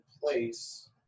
place